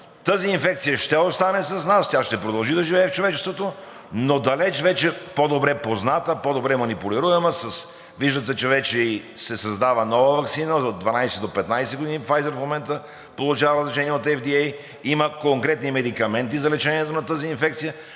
Тази инфекция ще остане с нас, тя ще продължи да живее в човечеството, но далече вече по-добре позната, по-добре манипулируема. Виждате, че вече се създава нова ваксина – от 12 до 15 години, Pfizer в момента получава разрешение от FDA, има конкретни медикаменти за лечението на тази инфекция.